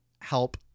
help